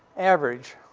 average,